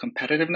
competitiveness